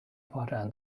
发展